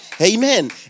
Amen